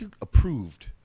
approved